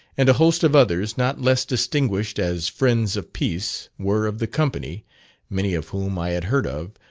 and a host of others not less distinguished as friends of peace, were of the company many of whom i had heard of,